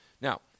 Now